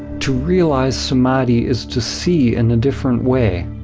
to realize samadhi is to see in a different way,